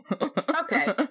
Okay